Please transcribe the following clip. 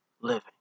Living